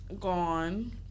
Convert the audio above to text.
gone